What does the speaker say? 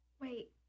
Wait